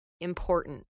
important